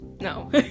no